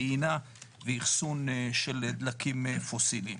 טעינה ואחסון של דלקים פוסילים.